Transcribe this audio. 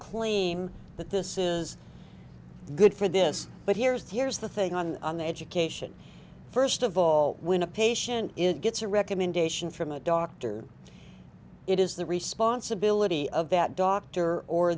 that this is good for this but here's here's the thing on an education first of all when a patient is gets a recommendation from a doctor it is the responsibility of that doctor or